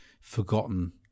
forgotten